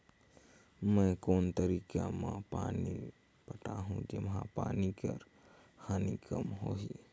मैं कोन तरीका म पानी पटाहूं जेमा पानी कर हानि कम होही?